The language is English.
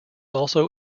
also